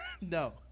No